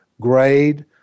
grade